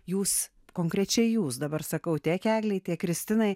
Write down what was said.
jūs konkrečiai jūs dabar sakau tiek eglei tiek kristinai